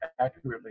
accurately